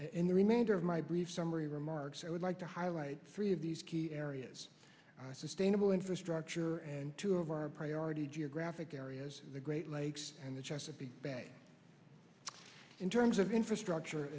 in the remainder of my brief summary remarks i would like to highlight three of these key areas sustainable infrastructure and two of our priority geographic areas the great lakes and the chesapeake in terms of infrastructure